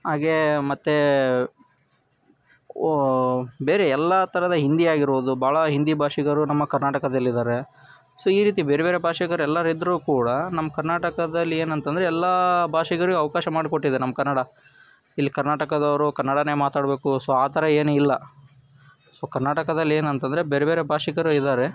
ಹಾಗೇ ಮತ್ತು ಓ ಬೇರೆ ಎಲ್ಲ ಥರದ ಹಿಂದಿ ಆಗಿರ್ಬೋದು ಭಾಳ ಹಿಂದಿ ಭಾಷಿಗರು ನಮ್ಮ ಕರ್ನಾಟಕದಲ್ಲಿದ್ದಾರೆ ಸೊ ಈ ರೀತಿ ಬೇರೆ ಬೇರೆ ಭಾಷಿಗರು ಎಲ್ಲರೂ ಇದ್ದರೂ ಕೂಡ ನಮ್ಮ ಕರ್ನಾಟಕದಲ್ಲಿ ಏನಂತಂದರೆ ಎಲ್ಲ ಭಾಷಿಗರಿಗೆ ಅವಕಾಶ ಮಾಡಿಕೊಟ್ಟಿದೆ ನಮ್ಮ ಕನ್ನಡ ಇಲ್ಲಿ ಕರ್ನಾಟಕದವರು ಕನ್ನಡನೇ ಮಾತಾಡಬೇಕು ಸೊ ಆ ಥರ ಏನೂ ಇಲ್ಲ ಸೊ ಕರ್ನಾಟಕದಲ್ಲಿ ಏನಂತಂದರೆ ಬೇರೆ ಬೇರೆ ಭಾಷಿಗರು ಇದ್ದಾರೆ